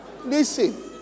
listen